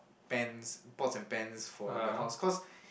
pans pots and pans for the house cause